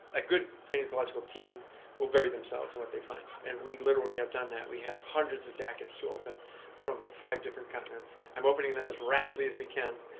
a good palaeontological team will bury themselves in what they find, and we literally have done that. we have hundreds of jackets to open from five different continents. we're opening them as rapidly as we can.